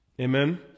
Amen